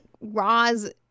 Roz